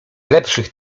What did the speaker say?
lepszych